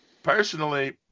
Personally